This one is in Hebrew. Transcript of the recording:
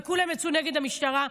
וכולם יצאו נגד המשטרה,